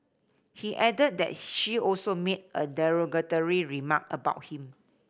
he added that she also made a derogatory remark about him